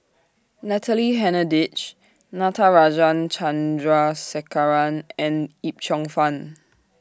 Natalie Hennedige Natarajan Chandrasekaran and Yip Cheong Fun